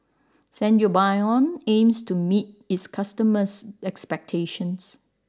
Sangobion aims to meet its customers' expectations